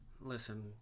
Listen